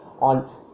on